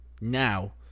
now